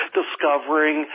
discovering